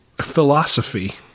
philosophy